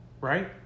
Right